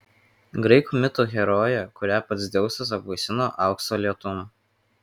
graikų mito herojė kurią pats dzeusas apvaisino aukso lietum